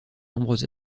nombreux